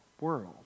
world